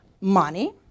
money